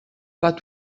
pas